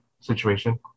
situation